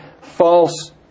false